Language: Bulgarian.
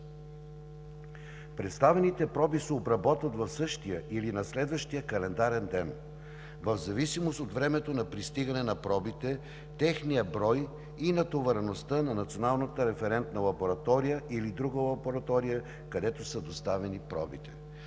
Представените проби се обработват в същия или на следващия календарен ден в зависимост от времето на пристигане на пробите, техния брой и натовареността на Националната референтна лаборатория или друга лаборатория, където са доставени пробите.